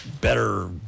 better